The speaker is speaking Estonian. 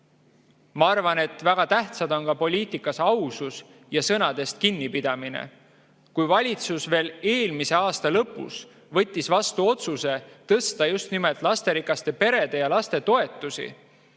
Ma arvan, et väga tähtsad on poliitikas ka ausus ja sõnadest kinnipidamine. Kui valitsus veel eelmise aasta lõpus võttis vastu otsuse tõsta just nimelt lasterikaste perede ja laste toetusi